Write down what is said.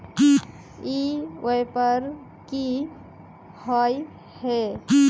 ई व्यापार की होय है?